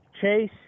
Chase